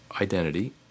identity